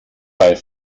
bei